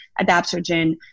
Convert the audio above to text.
adaptogen